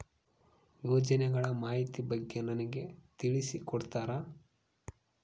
ಯೋಜನೆಗಳ ಮಾಹಿತಿ ಬಗ್ಗೆ ನನಗೆ ತಿಳಿಸಿ ಕೊಡ್ತೇರಾ?